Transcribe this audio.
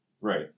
Right